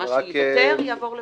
מה שייוותר - יעבור למחר.